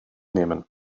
nehmen